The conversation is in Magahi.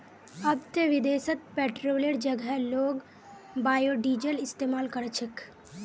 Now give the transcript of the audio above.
अब ते विदेशत पेट्रोलेर जगह लोग बायोडीजल इस्तमाल कर छेक